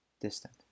distant